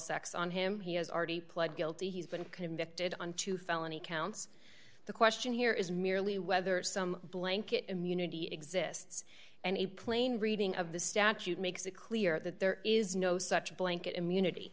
sex on him he has already pled guilty he's been convicted on two felony counts the question here is merely whether some blanket immunity exists and a plain reading of the statute makes it clear that there is no such blanket immunity